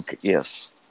yes